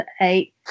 eight